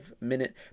minute